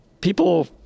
People